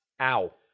Ow